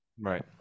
Right